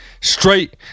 straight